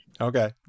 Okay